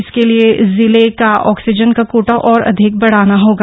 इसके लिए जिले का आक्सीजन का कोटा और अधिक बढाना होगा